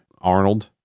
Arnold